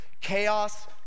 chaos